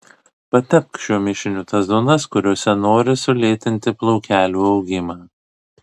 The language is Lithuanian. patepk šiuo mišiniu tas zonas kuriose nori sulėtinti plaukelių augimą